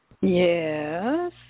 Yes